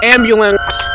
Ambulance